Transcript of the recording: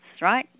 right